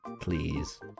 Please